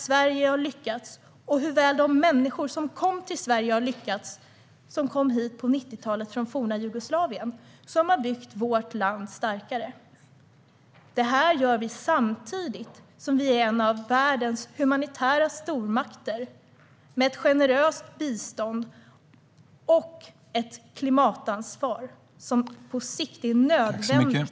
Se bara på hur väl de människor som kom till Sverige på 90-talet från forna Jugoslavien har lyckats! De har byggt vårt land starkare. Det här gör vi samtidigt som vi är en av världens humanitära stormakter, med ett generöst bistånd och ett klimatansvar som på sikt är nödvändigt.